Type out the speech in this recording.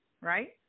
right